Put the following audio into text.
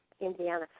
Indiana